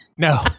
No